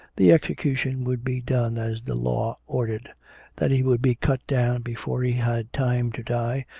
the execution would be done as the law ordered that he would be cut down before he had time to die,